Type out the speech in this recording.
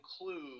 include